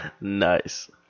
Nice